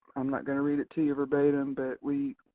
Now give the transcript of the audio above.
i'm not gonna read it to you verbatim, but we,